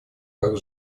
как